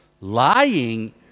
Lying